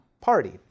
party